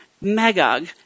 Magog